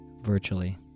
virtually